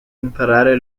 imparare